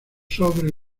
sobre